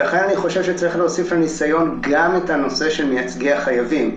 לכן אני חושב שצריך להוסיף לניסיון גם את הנושא של מייצגי החייבים.